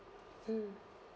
mm